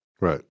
Right